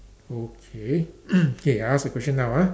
okay K I ask the question now ah